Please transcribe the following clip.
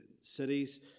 cities